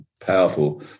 powerful